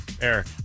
Eric